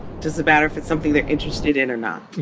does it matter if it's something they're interested in or not?